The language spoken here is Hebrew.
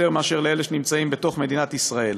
מאשר לאלה שנמצאים בתוך מדינת ישראל.